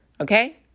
Okay